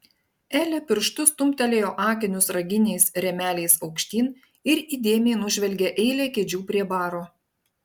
elė pirštu stumtelėjo akinius raginiais rėmeliais aukštyn ir įdėmiai nužvelgė eilę kėdžių prie baro